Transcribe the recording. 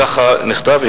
כך נכתב,